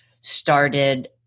started